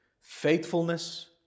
faithfulness